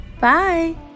Bye